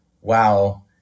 wow